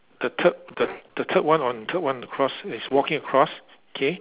the third the the third one on the third one across is walking across K